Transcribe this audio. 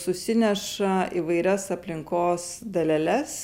susineša įvairias aplinkos daleles